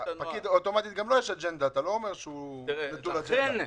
אתה לא אומר שהוא נטול אג'נדה.